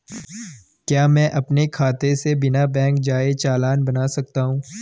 क्या मैं अपने खाते से बिना बैंक जाए चालान बना सकता हूँ?